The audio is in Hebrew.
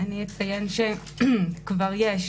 - אציין שכבר יש